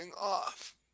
off